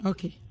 Okay